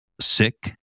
sick